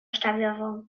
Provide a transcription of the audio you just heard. szczawiową